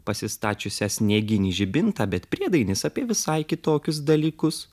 pasistačiusią snieginį žibintą bet priedainis apie visai kitokius dalykus